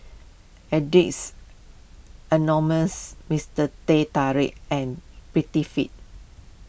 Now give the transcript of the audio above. Addicts Anonymous Mister Teh Tarik and Prettyfit